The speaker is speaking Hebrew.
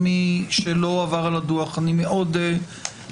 מי שלא עבר על הדוח, אני מאוד ממליץ.